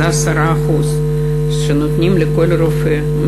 זה 10% שנותנים לכל רופא.